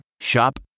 Shop